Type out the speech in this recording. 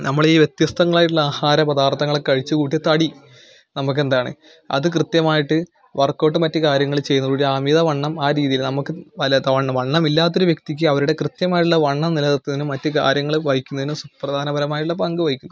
നമ്മൾ ഈ വ്യത്യസ്തങ്ങളായിട്ടുള്ള ആഹാരപദാർത്ഥങ്ങൾ ഒക്കെ കഴിച്ച് കൂട്ടിയ തടി നമുക്ക് എന്താണ് അത് കൃത്യമായിട്ട് വർക്ക് ഔട്ടും മറ്റ് കാര്യങ്ങളും ചെയ്യുന്നതോടുകൂടി ആ അമിതവണ്ണം ആ രീതിയിൽ നമുക്ക് വല്ലാത്ത വണ്ണം വണ്ണം ഇല്ലാത്ത ഒരു വ്യക്തിക്ക് അവരുടെ കൃത്യമായിട്ടുള്ള വണ്ണം നിലനിർത്തുന്നതിനും മറ്റ് കാര്യങ്ങൾ വഹിക്കുന്നതിനും സുപ്രധാനപരമായിട്ടുള്ള പങ്ക് വഹിക്കും